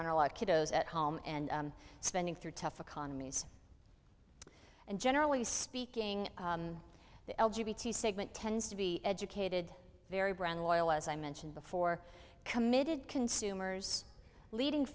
are a lot kiddos at home and spending through tough economies and generally speaking the segment tends to be educated very brand loyal as i mentioned before committed consumers leading